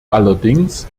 allerdings